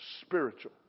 spiritual